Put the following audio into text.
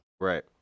Right